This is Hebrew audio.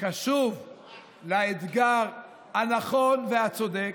קשוב לאתגר הנכון והצודק.